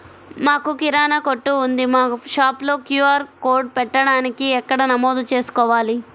మాకు కిరాణా కొట్టు ఉంది మా షాప్లో క్యూ.ఆర్ కోడ్ పెట్టడానికి ఎక్కడ నమోదు చేసుకోవాలీ?